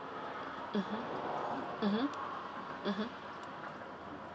mmhmm mmhmm mmhmm